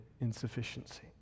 insufficiency